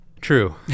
True